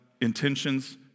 intentions